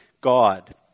God